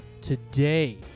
today